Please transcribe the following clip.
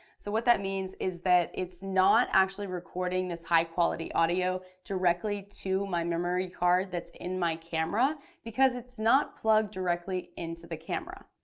so that means is that it's not actually recording this high quality audio directly to my memory card that's in my camera because it's not plugged directly into the camera.